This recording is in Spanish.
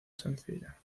sencilla